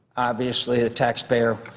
obviously, the taxpayer,